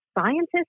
Scientists